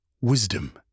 wisdom